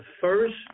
first